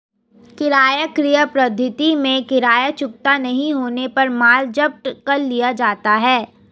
किराया क्रय पद्धति में किराया चुकता नहीं होने पर माल जब्त कर लिया जाता है